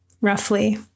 roughly